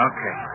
Okay